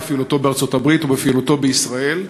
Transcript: בפעילותו בארצות-הברית ובפעילותו בישראל,